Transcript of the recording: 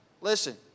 Listen